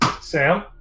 Sam